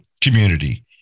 community